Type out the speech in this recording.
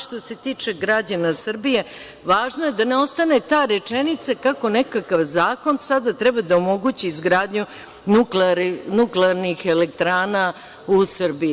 Što se tiče građana Srbije, važno je da ne ostane ta rečenica kako nekakav zakon sada treba da omogući izgradnju nuklearnih elektrana u Srbiji.